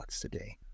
today